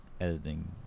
editing